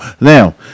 Now